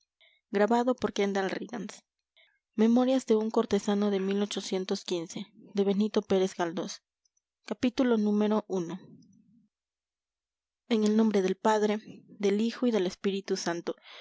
portada de la edición de en el nombre del padre del hijo y del espíritu santo